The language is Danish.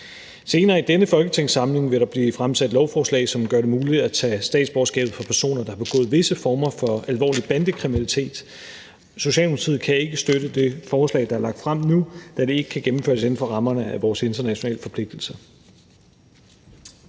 Senere i denne folketingssamling vil der blive fremsat lovforslag, som vil gøre det muligt at tage statsborgerskabet fra personer, der har begået visse former for alvorlig bandekriminalitet. Socialdemokratiet kan ikke støtte det forslag, der er fremsat nu, da det ikke kan gennemføres inden for rammerne af vores internationale forpligtelser.